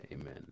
Amen